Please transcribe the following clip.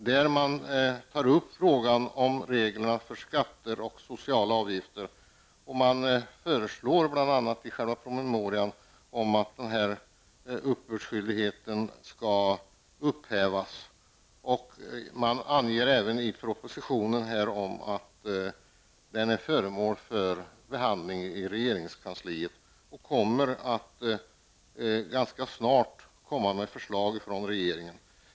Man tar där upp frågan om reglerna för skatter och sociala avgifter, och man föreslår bl.a. i själva promemorian att uppbördsskyldigheten skall upphävas. Man anger även i propositionen att den är föremål för behandling i regeringskansliet och att det ganska snart kommer att föreligga förslag från regeringen.